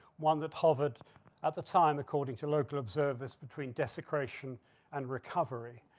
one that hovered at the time, according to local observers, between desecration and recovery.